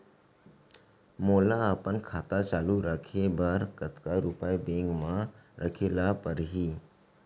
मोला अपन खाता चालू रखे बर कतका रुपिया बैंक म रखे ला परही?